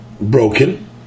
broken